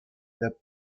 тӗп